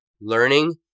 learning